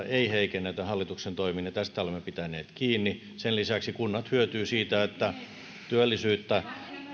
ei heikennetä hallituksen toimin ja tästä olemme pitäneet kiinni sen lisäksi kunnat hyötyvät siitä että työllisyyttä